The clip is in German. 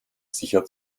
sicher